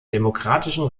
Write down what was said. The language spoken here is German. demokratischen